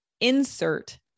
insert